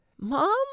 Mom